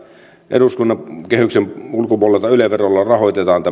eduskunnan kehyksen ulkopuolelta yle verolla rahoitetaan tämä